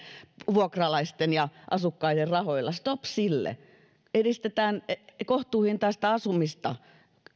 vuokralaisten ja asukkaiden rahoilla stop sille edistetään kohtuuhintaista asumista